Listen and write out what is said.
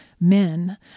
men